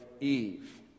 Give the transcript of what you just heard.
Eve